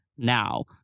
Now